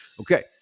okay